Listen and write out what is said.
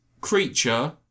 creature